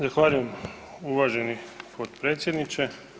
Zahvaljujem uvaženi potpredsjedniče.